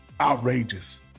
outrageous